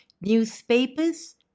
newspapers